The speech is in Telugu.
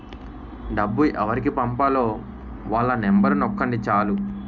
డబ్బు ఎవరికి పంపాలో వాళ్ళ నెంబరు నొక్కండి చాలు